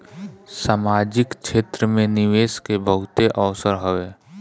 सामाजिक क्षेत्र में निवेश के बहुते अवसर हवे